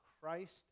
Christ